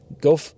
go